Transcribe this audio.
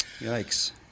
Yikes